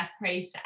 process